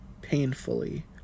painfully